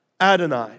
Adonai